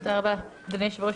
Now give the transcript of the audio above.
תודה רבה, אדוני היושב-ראש.